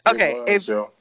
okay